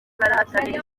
barahatanira